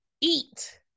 eat